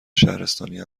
شهرستانی